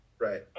right